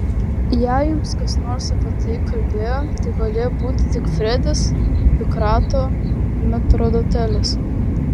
jei jums kas nors apie tai kalbėjo tai galėjo būti tik fredis pikrato metrdotelis